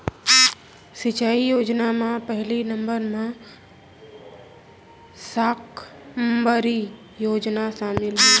सिंचई योजना म पहिली नंबर म साकम्बरी योजना सामिल हे